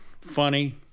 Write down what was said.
Funny